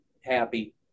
happy